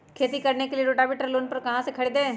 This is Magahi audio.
खेती करने के लिए रोटावेटर लोन पर कहाँ से खरीदे?